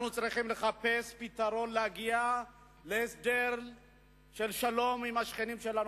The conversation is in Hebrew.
אנחנו צריכים לחפש פתרון להגיע להסדר של שלום עם השכנים שלנו,